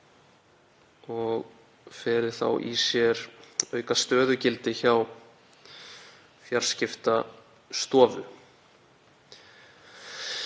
og feli þá í sér auka stöðugildi hjá Fjarskiptastofu.